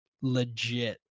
legit